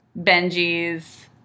Benji's